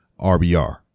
RBR